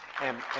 and